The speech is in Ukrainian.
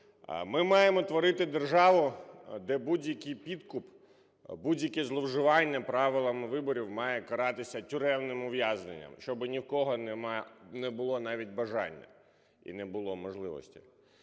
Ми маємо творити державу, де будь-який підкуп, будь-яке зловживання правилами виборів має каратися тюремним ув'язненням, щоб ні в кого не було навіть бажання і не було можливості.